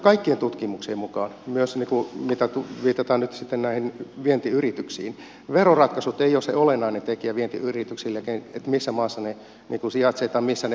kaikkien tutkimuksien mukaan myös mitä viitataan näihin vientiyrityksiin veroratkaisut eivät ole se olennainen tekijä vientiyrityksille että missä maassa ne niin kuin sijaitsevat tai missä ne toimivat